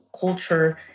culture